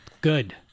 Good